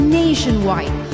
nationwide